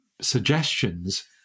suggestions